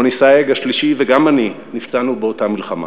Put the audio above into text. רוני סאיג, השלישי, וגם אני, נפצענו באותה מלחמה.